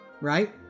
right